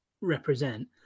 represent